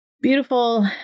beautiful